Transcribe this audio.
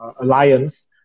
alliance